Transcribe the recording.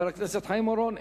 חבר הכנסת חיים אורון,